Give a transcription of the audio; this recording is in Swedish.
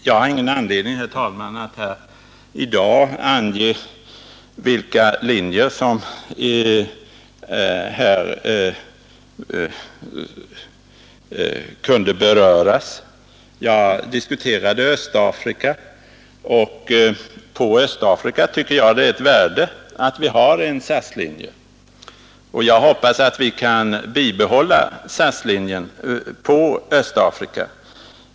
Jag har ingen anledning, herr talman, att i dag ange vilka linjer som eventuellt kan beröras. Jag diskuterade Östafrika, och på Östafrika tycker jag det är av värde att vi har en SAS-linje. Jag hoppas att vi kan behålla den.